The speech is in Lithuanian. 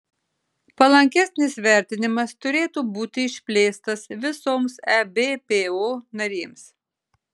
palankesnis vertinimas turėtų būti išplėstas visoms ebpo narėms